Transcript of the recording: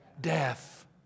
Death